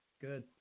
good